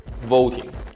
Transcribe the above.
voting